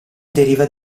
deriva